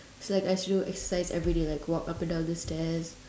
so like I go exercise everyday like walk up and down the stairs